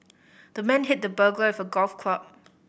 the man hit the burglar with golf club